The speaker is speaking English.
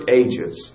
ages